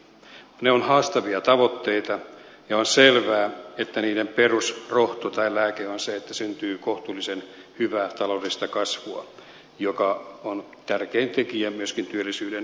ne ovat haastavia tavoitteita ja on selvää että niiden perusrohto tai lääke on se että syntyy kohtuullisen hyvää taloudellista kasvua joka on tärkein tekijä myöskin työllisyyden hoidolle